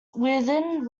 within